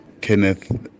Kenneth